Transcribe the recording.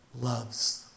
loves